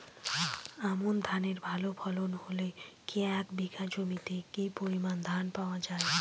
আমন ধানের ভালো ফলন হলে এক বিঘা জমিতে কি পরিমান ধান পাওয়া যায়?